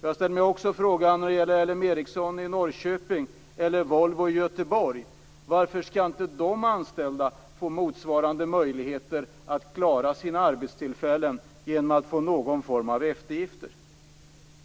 Jag ställer mig också frågan när det gäller LM Ericsson i Norrköping eller Volvo i Göteborg: Varför skall inte de anställda där få motsvarande möjligheter att klara sina arbetstillfällen genom att få någon form av eftergifter?